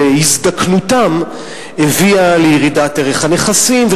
שהזדקנותם הביאה לירידת ערך הנכסים,